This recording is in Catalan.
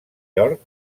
york